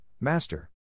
Master